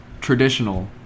traditional